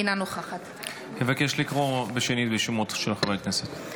אינה נוכחת אני מבקש לקרוא בשנית בשמות חברי הכנסת.